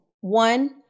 one